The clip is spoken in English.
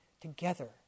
together